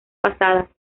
pasadas